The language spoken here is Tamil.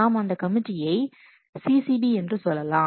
நாம் அந்த கமிட்டியை CCB என்று சொல்லலாம்